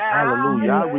Hallelujah